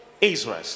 Israel